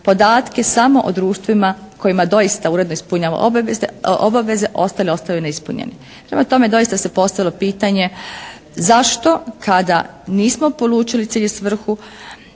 podatke samo o društvima kojima doista uredno ispunjava obaveze, ostale ostaju neispunjeni. Prema tome, doista se postavilo pitanje zašto kada nismo polučili cilj i svrhu